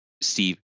steve